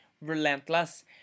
relentless